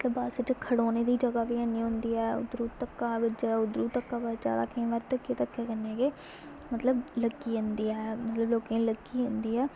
मतलब बस्स च खड़ौने दी जगह् बी ऐनी होंदी ऐ उद्धरू धक्का बज्जा दा उद्धरू धक्का बज्जा दा केईं बार धक्के धक्के कन्नै गै मतलब लग्गी जंदी ऐ मतलब लोकें ई लग्गी जंदी ऐ